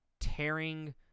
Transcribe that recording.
tearing